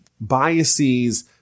biases